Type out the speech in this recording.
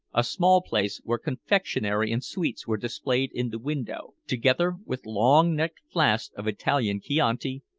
a small place where confectionery and sweets were displayed in the window, together with long-necked flasks of italian chianti,